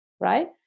right